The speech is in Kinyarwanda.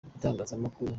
igitangazamakuru